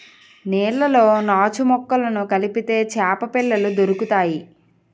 నీళ్లలో నాచుమొక్కలను కదిపితే చేపపిల్లలు దొరుకుతాయి